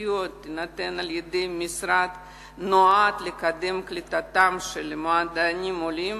הסיוע שניתן על-ידי המשרד נועד לקדם קליטתם של מדענים עולים